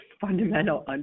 fundamental